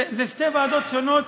אלה שתי ועדות שונות,